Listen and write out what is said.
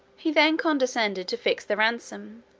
he then condescended to fix the ransom,